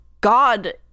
god